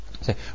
Say